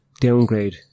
downgrade